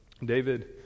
David